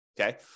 Okay